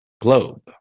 globe